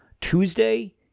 Tuesday